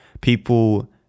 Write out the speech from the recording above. people